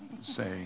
say